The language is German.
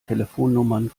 telefonnummern